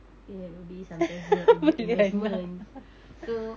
yeah maybe sometimes diorang inve~ investment so